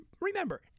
remember